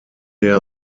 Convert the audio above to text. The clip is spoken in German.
der